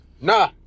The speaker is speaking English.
Nah